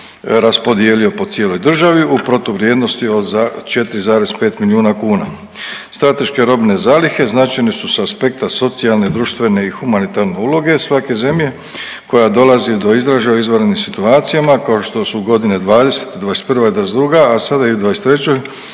raspodijelio po cijeloj državi u protuvrijednosti od 4,5 milijuna kuna. Strateške robne zalihe značajne su sa aspekta socijalne, društvene i humanitarne uloge svake zemlje koja dolazi do izražaja u izvanrednim situacijama kao što su godine '20., '21. i '22., a sada i '23.